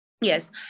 Yes